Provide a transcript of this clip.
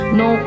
no